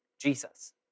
Jesus